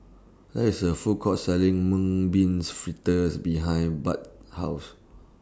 There IS A Food Court Selling Mung Beans Fritters behind Burt's House